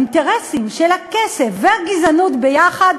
האינטרסים של הכסף והגזענות ביחד,